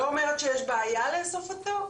לא אומרת שיש בעיה לאסוף אותו,